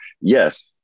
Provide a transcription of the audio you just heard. yes